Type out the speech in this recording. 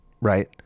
Right